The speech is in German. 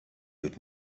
wird